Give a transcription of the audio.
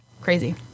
Crazy